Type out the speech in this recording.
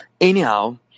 Anyhow